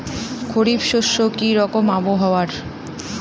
খরিফ শস্যে কি রকম আবহাওয়ার?